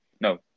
No